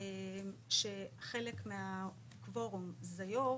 שחלק מהקוורום זה יו"ר,